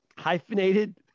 hyphenated